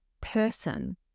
person